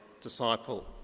disciple